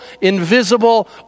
invisible